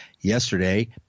Yesterday